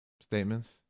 statements